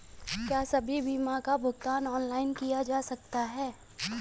क्या सभी बीमा का भुगतान ऑनलाइन किया जा सकता है?